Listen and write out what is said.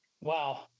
Wow